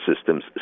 systems